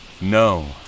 No